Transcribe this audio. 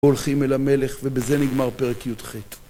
הולכים אל המלך, ובזה נגמר פרק י"ח.